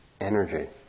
energy